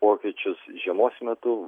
pokyčius žiemos metu